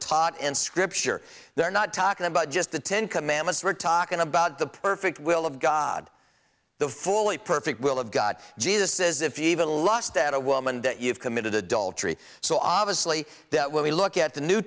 taught in scripture they're not talking about just the ten commandments we're talking about the perfect will of god the fully perfect will of god jesus says if you even a law that a woman that you've committed adultery so obviously that when we look at the new